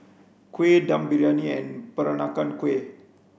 kuih dum briyani and peranakan kueh